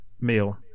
meal